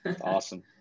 Awesome